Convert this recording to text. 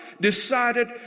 decided